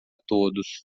todos